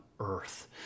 earth